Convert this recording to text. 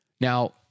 Now